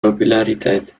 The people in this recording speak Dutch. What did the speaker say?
populariteit